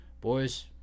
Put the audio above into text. Boys